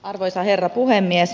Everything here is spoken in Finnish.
arvoisa herra puhemies